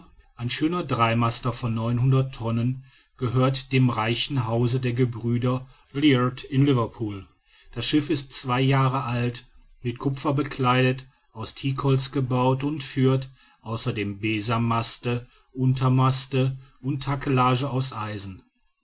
ein schöner dreimaster von tonnen gehört dem reichen hause der gebrüder leard in liverpool das schiff ist zwei jahre alt mit kupfer bekleidet aus teakholz gebaut und führt außer dem besanmaste untermaste und takelage aus eisen